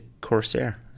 corsair